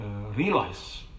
realize